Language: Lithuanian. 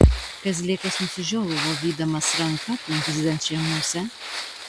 kazlėkas nusižiovavo vydamas ranka aplink zyziančią musę